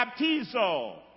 Baptizo